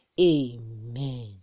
Amen